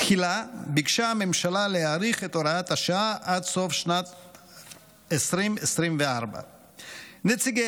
תחילה ביקשה הממשלה להאריך את הוראת השעה עד לסוף שנת 2024. נציגי